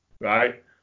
Right